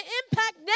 impact